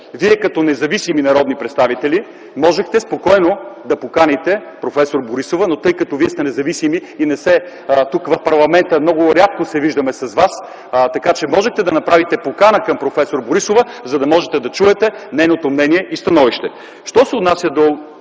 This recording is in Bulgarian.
вие като независими народни представители можехте спокойно да поканите проф. Борисова, но тъй като Вие сте независим и тук в парламента много рядко се виждаме с Вас, така че можехте да направите покана към проф. Борисова, за да можете да чуете нейното мнение и становище.